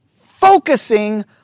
focusing